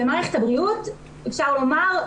במערכת הבריאות אפשר לומר,